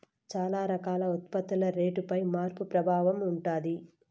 చాలా రకాల ఉత్పత్తుల రేటుపై మార్పు ప్రభావం ఉంటది